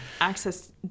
access